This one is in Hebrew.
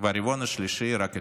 והרבעון השלישי רק התחיל.